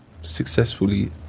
successfully